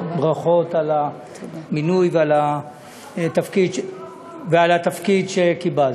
ברכות על המינוי ועל התפקיד שקיבלת.